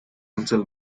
until